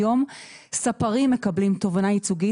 היום ספרים מקבלים תובענה ייצוגית.